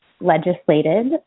legislated